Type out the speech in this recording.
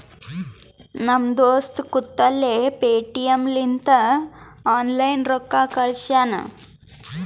ನಮ್ ದೋಸ್ತ ಕುಂತಲ್ಲೇ ಪೇಟಿಎಂ ಲಿಂತ ಆನ್ಲೈನ್ ರೊಕ್ಕಾ ಕಳ್ಶ್ಯಾನ